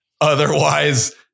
otherwise